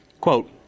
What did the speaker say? quote